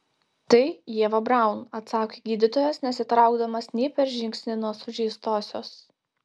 tai ieva braun atsakė gydytojas nesitraukdamas nei per žingsnį nuo sužeistosios